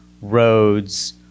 roads